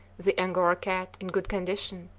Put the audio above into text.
the angora cat, in good condition,